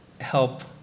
help